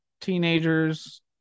teenagers